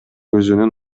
өзүнүн